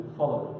follow